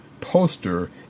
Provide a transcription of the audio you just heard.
poster